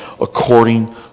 according